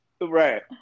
Right